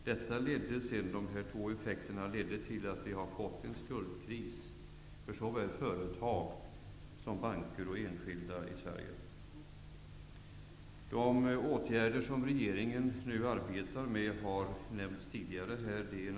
Dessa båda förhållanden har lett till att såväl företag och banker som enskilda har hamnat i en skuldkris. De åtgärder som regeringen nu arbetar med har nämnts tidigare i debatten.